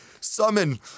Summon